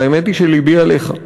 והאמת היא שלבי עליך,